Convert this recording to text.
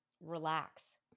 relax